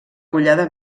collada